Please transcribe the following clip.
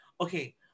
Okay